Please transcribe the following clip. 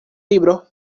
libro